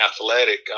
athletic